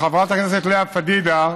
חברת הכנסת לאה פדידה,